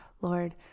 Lord